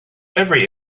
every